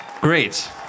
Great